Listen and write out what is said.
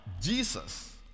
Jesus